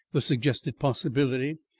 the suggested possibility,